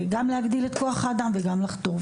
גם להגדיל את כוח האדם וגם לחתור.